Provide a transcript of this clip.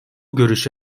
görüşü